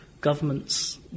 Governments